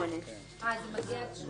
זה עד 38. אה, זה מגיע ל-38.